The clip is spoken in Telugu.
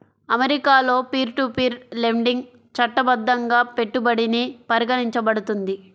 అమెరికాలో పీర్ టు పీర్ లెండింగ్ చట్టబద్ధంగా పెట్టుబడిగా పరిగణించబడుతుంది